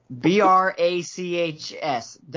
B-R-A-C-H-S